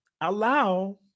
allow